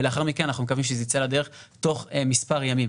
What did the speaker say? ולאחר מכן אנחנו מקווים שזה ייצא לדרך תוך מספר ימים.